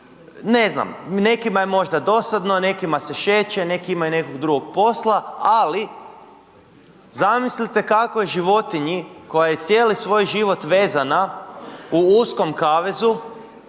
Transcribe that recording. Ne znam, nekima je možda dosadno, nekima se šeće, neki imaju nekog drugog posla, ali zamislite kako je životinji koja je cijeli svoj život vezana u uskom kavezu